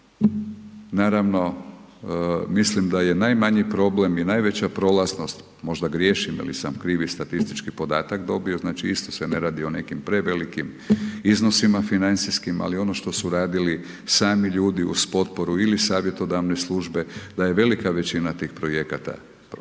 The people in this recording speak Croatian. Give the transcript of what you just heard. naravno, mislim da je najmanji problem i najveća prolaznost, možda griješim ili sam krivi statistički podatak dobio, isto se ne radi o nekim prevelikim iznosima, financijskima, al ono što su radili sami ljudi uz potporu ili savjetodavne službe da je velika većina tih projekata prošla